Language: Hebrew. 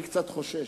אני קצת חושש.